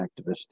activist